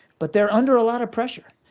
but they're under a lot of pressure.